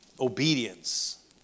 Obedience